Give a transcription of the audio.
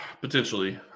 potentially